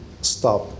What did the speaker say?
stop